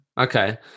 Okay